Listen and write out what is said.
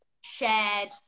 shared